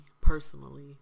personally